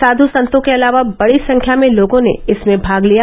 साध् संतों के अलावा बड़ी संख्या में लोगों ने इसमें भाग लिया